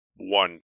one